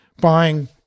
buying